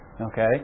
Okay